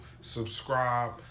subscribe